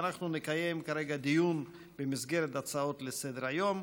ואנחנו נקיים כרגע דיון במסגרת הצעות לסדר-היום.